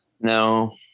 No